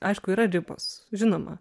aišku yra ribos žinoma